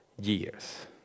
years